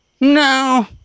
no